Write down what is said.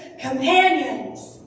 companions